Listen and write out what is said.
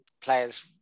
players